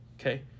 okay